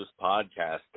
Podcast